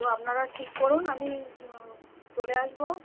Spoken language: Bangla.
এবার আপনারা ঠিক করুন আমি চলে আসবো